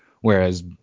whereas